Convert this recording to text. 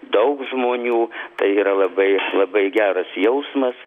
daug žmonių tai yra labai labai geras jausmas